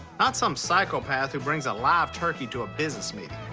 not some psycohpath who brings a live turkey to a business meeting.